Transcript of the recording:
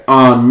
on